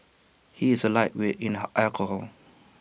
he is A lightweight in alcohol